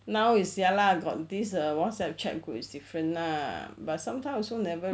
now is ya lah got this err whatsapp chat group is different lah but sometimes also never